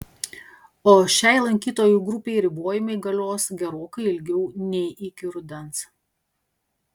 o šiai lankytojų grupei ribojimai galios gerokai ilgiau nei iki rudens